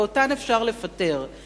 ואותן אפשר לפטר,